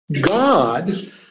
God